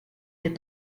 des